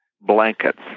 Blankets